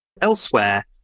Elsewhere